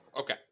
Okay